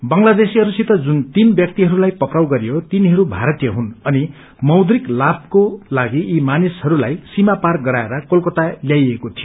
बंग्लादेशीहरूसित जुन तीन व्यक्तिहरूलाई पक्राउ गरियो तिनीहरू भारतीय हुनू अनि मैट्रिक लाभको लागि यी मानिसहरूलाई सीमा पार गराएर कोलकाता ल्याइएको थियो